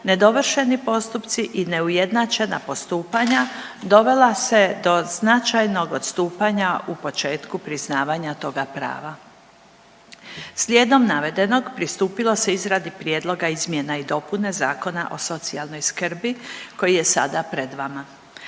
nedovršeni postupci i neujednačena postupanja dovela se do značajnog odstupanja u početku priznavanja toga prava. Slijedom navedenog, pristupilo se izradi prijedlog izmjena i dopuna Zakona o socijalnoj skrbi koji je sada pred vama.